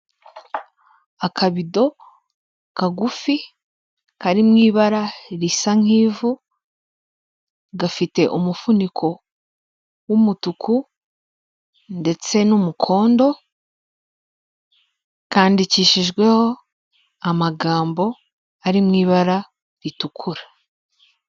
Akabido kagufi kari mu ibara risa nk'ivu, gafite umufuniko w'umutuku ndetse n'umukondo, kandikishijweho amagambo ari mu ibara ritukura.